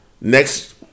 Next